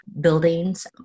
buildings